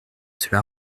cela